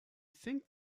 think